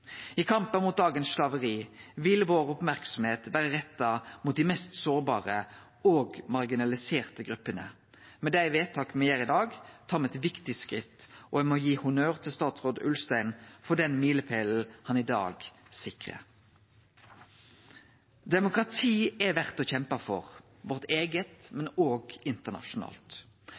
I kampen mot dagens slaveri vil vår merksemd vere retta mot dei mest sårbare og marginaliserte gruppene. Med dei vedtaka me gjer i dag, tar me eit viktig skritt, og eg må gi honnør til statsråd Ulstein for den milepålen han i dag sikrar. Demokrati er verdt å kjempe for, vårt eige, men òg internasjonalt.